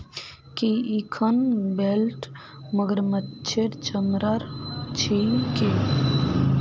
की इखन बेल्ट मगरमच्छेर चमरार छिके